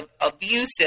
abusive